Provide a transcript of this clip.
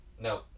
No